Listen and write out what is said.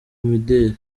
mideli